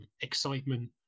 excitement